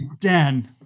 Dan